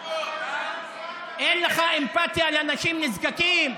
אין לך אמפתיה לאנשים נזקקים.